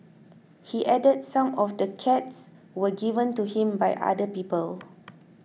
he added some of the cats were given to him by other people